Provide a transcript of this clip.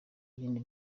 iyindi